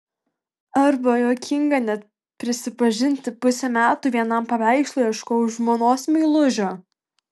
arba juokinga net prisipažinti pusę metų vienam paveikslui ieškojau žmonos meilužio